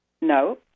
no